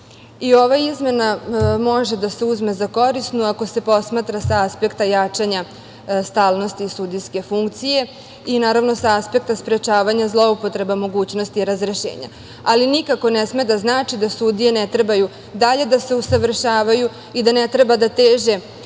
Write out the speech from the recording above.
I ova izmena može da se uzme za korisnu ako se posmatra sa aspekta jačanja stalnosti sudijske funkcije i, naravno, sa aspekta sprečavanja zloupotreba mogućnosti razrešenja. Ali, nikako ne sme da znači da sudije ne trebaju dalje da se usavršavaju i da ne treba da teže najvišem